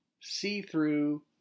see-through